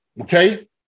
okay